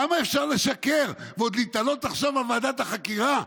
כמה אפשר לשקר, ועוד להיתלות עכשיו בוועדת החקירה?